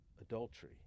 adultery